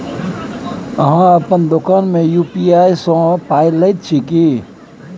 अहाँ अपन दोकान मे यू.पी.आई सँ पाय लैत छी की?